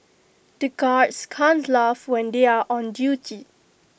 the guards can't laugh when they are on duty